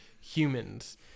humans